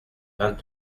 vingt